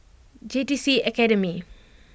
J T C Academy